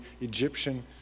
Egyptian